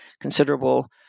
considerable